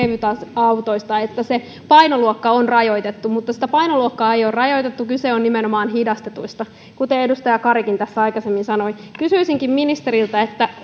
kevytautoista että se painoluokka on rajoitettu mutta sitä painoluokkaa ei ole rajoitettu kyse on nimenomaan hidastetuista autoista kuten edustaja karikin tässä aikaisemmin sanoi kysyisinkin ministeriltä